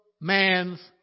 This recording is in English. man's